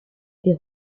des